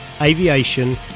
aviation